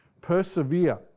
persevere